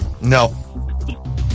No